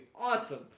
awesome